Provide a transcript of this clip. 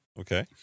Okay